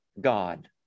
God